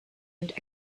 and